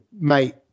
mate